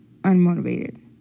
unmotivated